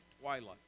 twilight